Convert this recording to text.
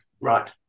right